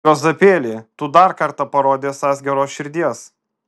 juozapėli tu dar kartą parodei esąs geros širdies